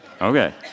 Okay